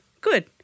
good